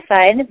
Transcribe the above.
side